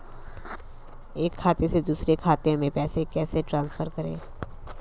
एक खाते से दूसरे खाते में पैसे कैसे ट्रांसफर करें?